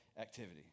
activity